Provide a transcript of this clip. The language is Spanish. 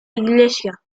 iglesia